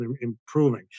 improving